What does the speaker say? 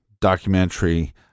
documentary